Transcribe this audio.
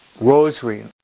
Rosary